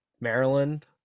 maryland